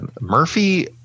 Murphy